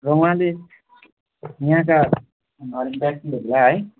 र उहाँले यहाँका अँ व्यक्तिहरूलाई है